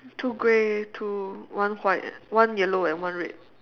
two grey two one white one yellow and one red